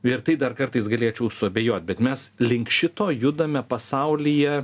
ir tai dar kartais galėčiau suabejot bet mes link šito judame pasaulyje